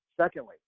Secondly